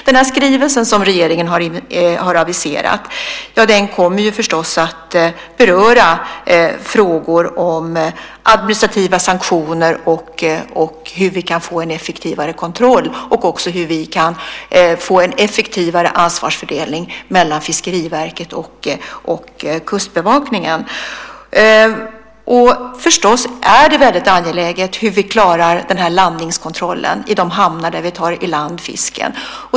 Den skrivelse som regeringen har aviserat kommer förstås att beröra frågor om administrativa sanktioner, hur vi kan få en effektivare kontroll och hur vi kan få en effektivare ansvarsfördelning mellan Fiskeriverket och Kustbevakningen. Förstås är det väldigt angeläget att vi klarar landningskontrollen i de hamnar där vi tar i land fisken.